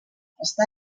està